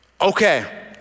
Okay